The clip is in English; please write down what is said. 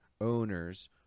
owners